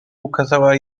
ukazała